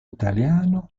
italiano